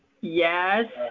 Yes